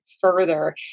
further